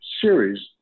series